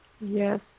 Yes